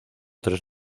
tres